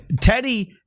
Teddy